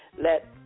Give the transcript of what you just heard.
Let